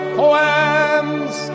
poems